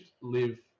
live